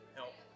help